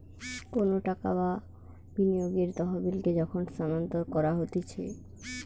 কোনো টাকা বা বিনিয়োগের তহবিলকে যখন স্থানান্তর করা হতিছে